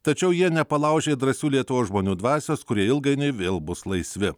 tačiau jie nepalaužė drąsių lietuvos žmonių dvasios kurie ilgainiui vėl bus laisvi